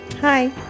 Hi